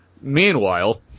Meanwhile